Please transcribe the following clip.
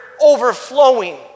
overflowing